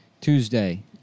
Tuesday